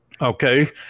Okay